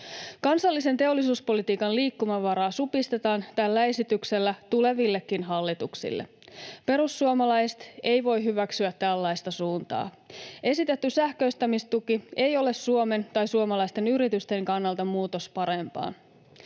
Kansallisen teollisuuspolitiikan liikkumavaraa supistetaan tällä esityksellä tulevillekin hallituksille. Perussuomalaiset ei voi hyväksyä tällaista suuntaa. Esitetty sähköistämistuki ei ole Suomen tai suomalaisten yritysten kannalta muutos parempaan.